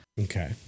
Okay